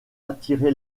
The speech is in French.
attiré